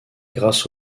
grâce